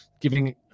giving